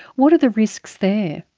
what are the risks there?